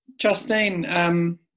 Justine